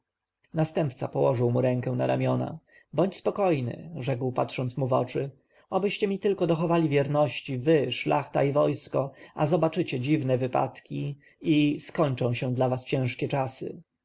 następca położył mu rękę na ramiona bądź spokojny rzekł patrząc mu w oczy obyście mi tylko dochowali wierności wy szlachta i wojsko a zobaczycie dziwne wypadki i skończą się dla was ciężkie czasy